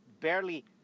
Barely